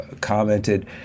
commented